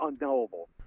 unknowable